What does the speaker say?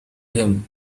him